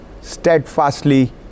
steadfastly